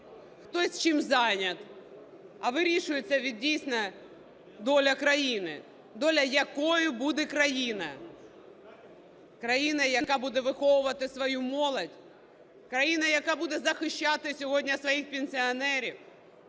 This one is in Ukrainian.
Хтось чимось зайнятий, а вирішується, дійсно, доля країни. Доля, якою буде країна. Країна, яка буде виховувати свою молодь. Країна, яка буде захищати сьогодні своїх пенсіонерів.